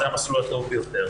זה המסלול הטוב ביותר.